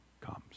comes